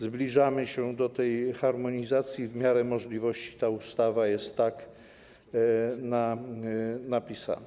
Zbliżamy się do tej harmonizacji i w miarę możliwości ta ustawa jest tak napisana.